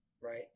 right